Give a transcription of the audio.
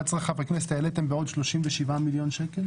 העליתם בעוד 37 מיליון שקלים?